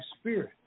Spirit